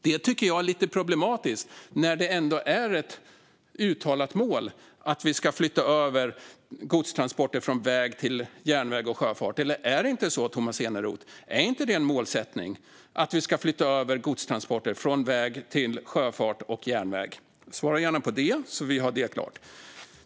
Det tycker jag är lite problematiskt, då det är ett uttalat mål att vi ska flytta över godstransporter från väg till järnväg och sjöfart. Eller är det inte så, Tomas Eneroth? Är det inte en målsättning att vi ska flytta över godstransporter från väg till sjöfart och järnväg? Svara gärna på det så att vi får det klart för oss!